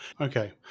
Okay